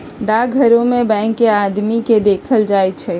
डाकघरो में बैंक के आदमी के देखल जाई छई